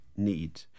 need